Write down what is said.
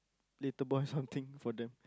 little boy something for them